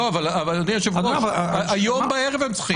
אדוני היושב-ראש, הערב הם צריכים.